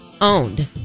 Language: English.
owned